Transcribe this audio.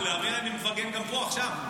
לאמיר אני מפרגן גם פה עכשיו.